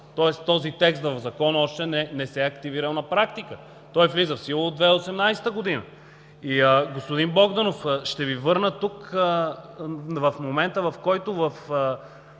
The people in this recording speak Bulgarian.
тоест този текст в Закона още не се е активирал на практика. Той влиза в сила от 2018 г. Господин Богданов, ще Ви върна тук в момента, в който в